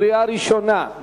קריאה ראשונה,